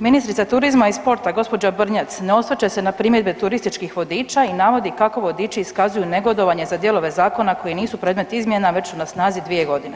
Ministrica turizma i sporta gđa. Brnjac ne osvrće se na primjedbe turističkih vodiča i navodi kako vodiči iskazuju negodovanje za dijelove zakona koji nisu predmet izmjena već su na snazi 2.g. i